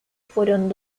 fueron